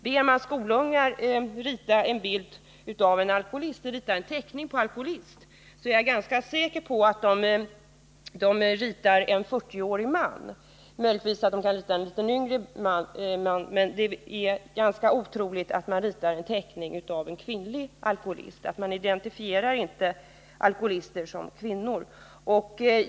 Ber man skolbarn göra en teckning av en alkoholist är jag ganska säker på att de ritar en 40-årig man. Möjligtvis ritar de en något yngre man, men det är ganska otroligt att de gör en teckning av en kvinnlig alkoholist. Man identifierar inte alkoholister som kvinnor.